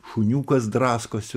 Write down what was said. šuniukas draskosi